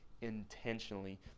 intentionally